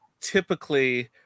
typically